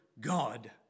God